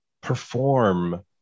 perform